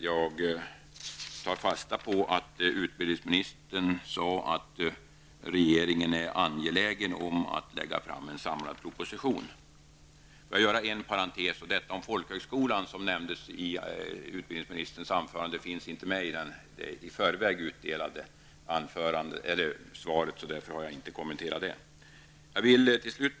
Jag tar fasta på att utbildningsministern sade att regeringen är angelägen om att lägga fram en samlad proposition. Utbildningsministern nämnde i sitt inlägg folkhögskolan, men den frågan finns inte med i det utdelade svaret, och det var därför jag inte kommenterade detta.